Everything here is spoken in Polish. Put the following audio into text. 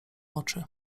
oczy